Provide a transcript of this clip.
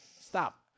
Stop